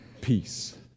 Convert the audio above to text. peace